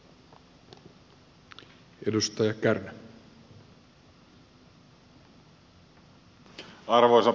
arvoisa puhemies